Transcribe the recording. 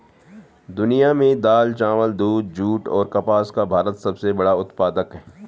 दुनिया में दाल, चावल, दूध, जूट और कपास का भारत सबसे बड़ा उत्पादक है